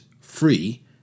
free